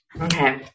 Okay